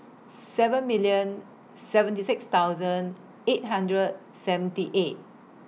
seven million seventy six thousand eight hundred seventy eight